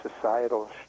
societal